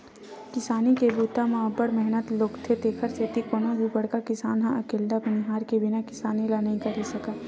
किसानी के बूता म अब्ब्ड़ मेहनत लोगथे तेकरे सेती कोनो भी बड़का किसान ह अकेल्ला बनिहार के बिना किसानी ल नइ कर सकय